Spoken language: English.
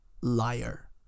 liar